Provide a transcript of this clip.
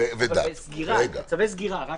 צווי סגירה.